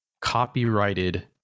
copyrighted